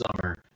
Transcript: summer